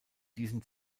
diesen